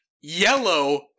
yellow